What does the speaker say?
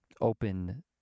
open